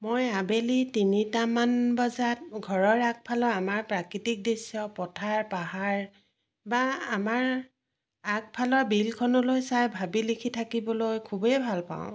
মই আবেলি তিনিটামান বজাত ঘৰৰ আগফালৰ আমাৰ প্ৰাকৃতিক দৃশ্য পথাৰ পাহাৰ বা আমাৰ আগফালৰ বিলখনলৈ চাই ভাবি লিখি থাকিবলৈ খুবেই ভাল পাওঁ